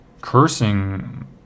cursing